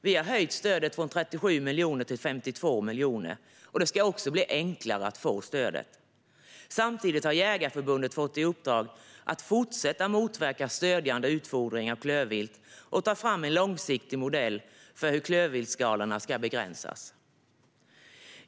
Vi har höjt stödet från 37 miljoner till 52 miljoner. Det ska dessutom bli enklare att få stöd. Samtidigt har Jägareförbundet fått i uppdrag att fortsätta att motverka stödjande utfodring av klövvilt och att ta fram en långsiktig modell för hur klövviltsskadorna ska begränsas.